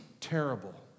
Terrible